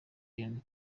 kuntu